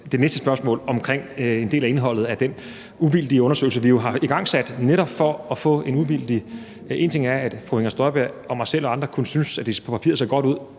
det næste spørgsmål om en del af indholdet af den uvildige undersøgelse, vi har igangsat. En ting er, at fru Inger Støjberg og jeg selv og andre kan synes, at det på papiret ser godt ud,